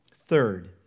Third